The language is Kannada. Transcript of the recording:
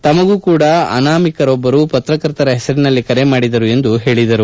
ತಮ್ನಗೂ ಕೂಡಾ ಅನಾಮಿಕರೊಬ್ಲರು ಪತ್ರಕರ್ತರ ಹೆಸರಿನಲ್ಲಿ ಕರೆ ಮಾಡಿದರು ಎಂದು ಹೇಳಿದರು